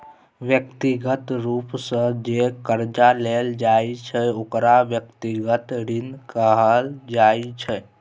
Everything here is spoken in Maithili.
व्यक्तिगत रूप सँ जे करजा लेल जाइ छै ओकरा व्यक्तिगत ऋण कहल जाइ छै